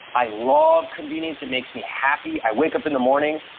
i love convenience. it makes me happy. i wake up in the morning,